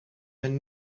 hun